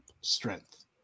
strength